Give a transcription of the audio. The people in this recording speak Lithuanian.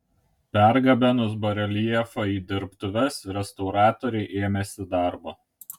pergabenus bareljefą į dirbtuves restauratoriai ėmėsi darbo